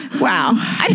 Wow